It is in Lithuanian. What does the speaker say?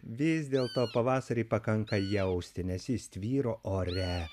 vis dėlto pavasarį pakanka jausti nes jis tvyro ore